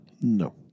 No